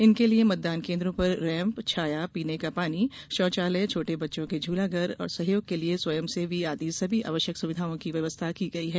इनके लिये मतदान केन्द्रों पर रैम्प छाया पीने के पानी शौचालय छोटे बच्चों के झूलाघर सहयोग के लिये स्वयंसेवी आदि सभी आवश्यक सुविधाओं की व्यवस्था की गई हैं